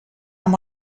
amb